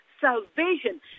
salvation